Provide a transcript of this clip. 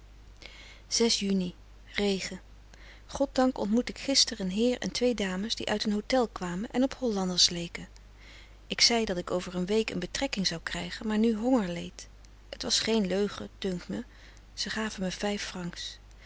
juni regen goddank ontmoette ik gister een heer en twee dames die uit een hotel kwamen en op hollanders leken ik zei dat ik over een week een betrekking zou krijgen maar nu honger leed het was geen leugen dunkt mij ze gaven me vijf francs